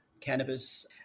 cannabis